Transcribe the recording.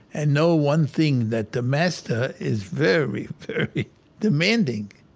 and know one thing that the master is very, very demanding.